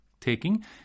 taking